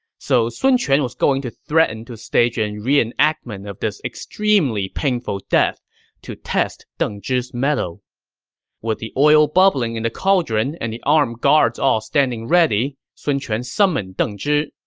so sun quan was going to threaten to stage a reenactment of this extremely painful death to test deng zhi's mettle with the oil bubbling in the cauldron and the armed guards all standing ready, sun quan summoned deng zhi.